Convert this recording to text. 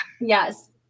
Yes